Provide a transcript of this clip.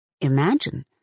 Imagine